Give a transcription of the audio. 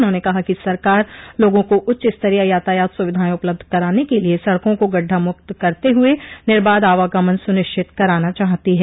उन्होंने कहा कि सरकार लोगों को उच्च स्तरीय यातायात सुविधाएं उपलब्ध करान के लिए सड़कों को गड्ढामुक्त करते हुए निर्बाध आवागमन सुनिश्चित कराना चाहती है